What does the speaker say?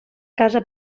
casa